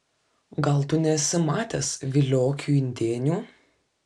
gal tu nesi matęs viliokių indėnių